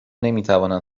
نمیتوانند